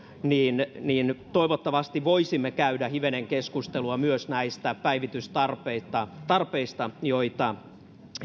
niin niin toivottavasti voisimme käydä hivenen keskustelua myös näistä päivitystarpeista joita